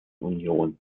union